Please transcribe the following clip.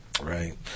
Right